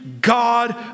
God